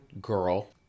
girl